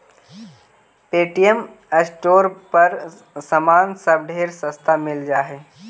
Paytm store पर समान सब ढेर सस्ता मिल जा हई